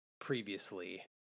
previously